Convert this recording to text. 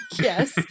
Yes